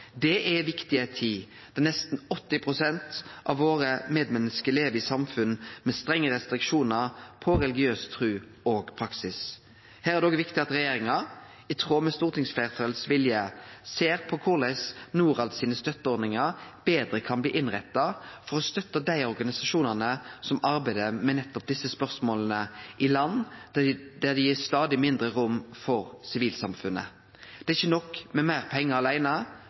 Det er viktig i ei tid der nesten 80 pst. av medmenneska våre lever i samfunn med strenge restriksjonar på religiøs tru og praksis. Her er det òg viktig at regjeringa, i tråd med viljen til stortingsfleirtalet, ser på korleis Norads støtteordningar betre kan innrettast for å støtte dei organisasjonane som arbeider med nettopp desse spørsmåla i land der sivilsamfunnet blir gitt stadig mindre rom. Det er ikkje nok med meir pengar